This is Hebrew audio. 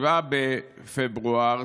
7 בפברואר,